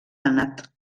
anat